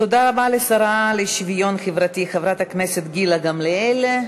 תודה רבה לשרה לשוויון חברתי חברת הכנסת גילה גמליאל.